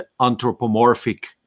anthropomorphic